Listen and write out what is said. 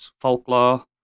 Folklore